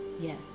yes